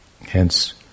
hence